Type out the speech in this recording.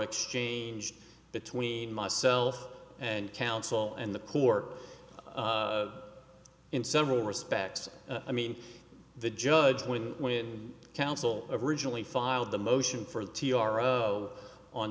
exchanged between myself and counsel and the court in several respects i mean the judge when when counsel originally filed the motion for the t r o on